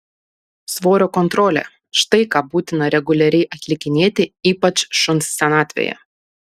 svorio kontrolė štai ką būtina reguliariai atlikinėti ypač šuns senatvėje